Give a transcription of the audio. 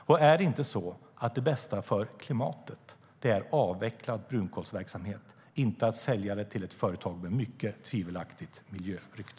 Och är det inte så att det bästa för klimatet är avvecklad brunkolsverksamhet, inte att sälja den till ett företag med mycket tvivelaktigt miljörykte?